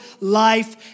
life